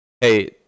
Hey